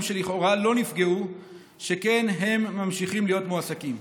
שלכאורה לא נפגעו שכן הם ממשיכים להיות מועסקים.